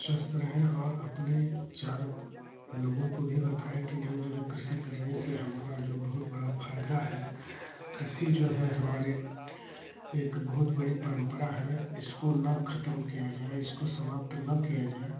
स्वस्थ रहें और अपने चार लोगों को भी बताएं कि नहीं जो है कृषि करने से हमारा जो बहुत बड़ा फायदा है कृषि जो है हमारी एक बहुत बड़ी परंपरा है इसको न खतम किया जाए इसको समाप्त न किया जाए